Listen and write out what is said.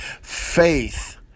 Faith